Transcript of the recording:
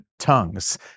tongues